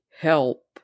help